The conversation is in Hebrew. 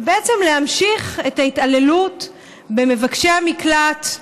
ובעצם להמשיך את ההתעללות במבקשי המקלט.